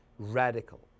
Radical